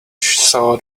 saw